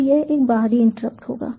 तो यह एक बाहरी इंटरप्ट होगा